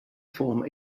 form